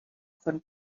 von